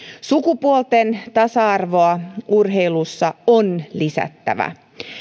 sukupuolten tasa arvoa urheilussa on lisättävä